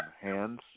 hands